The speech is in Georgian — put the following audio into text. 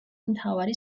მთავარი